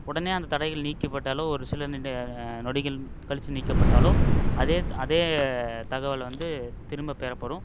உடனே அந்த தடைகள் நீக்கப்பட்டாலோ ஒரு சில நி நொடிகள் கழித்து நீக்கப்பட்டாலோ அதே அதே தகவலை வந்து திரும்ப பெறப்படும்